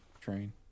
train